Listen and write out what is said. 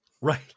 Right